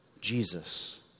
Jesus